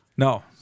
No